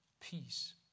Peace